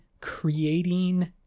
creating